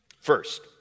First